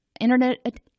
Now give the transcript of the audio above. internet